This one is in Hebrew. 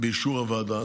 באישור הוועדה.